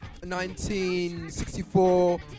1964